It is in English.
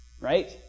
right